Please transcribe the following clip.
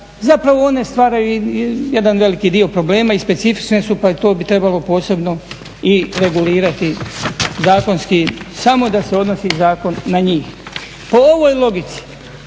zapravo one stvaraju jedan veliki dio problema i specifične su, pa to bi trebalo posebno i regulirati zakonski samo da se odnosi zakon na njih. Po ovoj logici